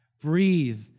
breathe